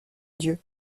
dieu